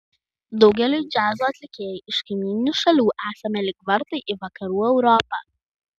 daugeliui džiazo atlikėjų iš kaimyninių šalių esame lyg vartai į vakarų europą